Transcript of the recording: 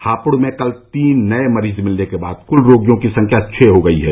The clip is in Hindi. हापुड़ में कल तीन नए मरीज मिलने के बाद कुल रोगियों की संख्या छः हो गई है